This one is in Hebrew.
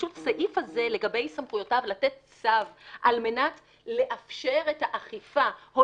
הסעיף הזה לגבי סמכויותיו לתת צו על מנת לאפשר את האכיפה או